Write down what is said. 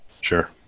Sure